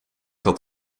had